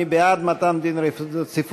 מי בעד מתן דין רציפות?